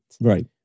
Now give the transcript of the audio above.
Right